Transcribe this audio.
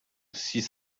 six